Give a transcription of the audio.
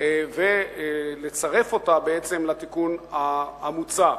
ובעצם לצרף את ההחלטה לתיקון המוצע.